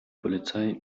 polizei